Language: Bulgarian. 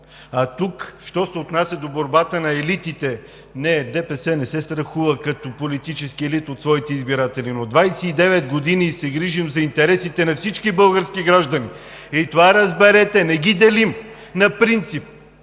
А тук, що се отнася до борбата на елитите, не, ДПС не се страхува като политически елит от своите избиратели, но 29 години се грижим за интересите на всички български граждани. И това разберете – не ги делим на принцип,